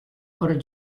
por